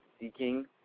seeking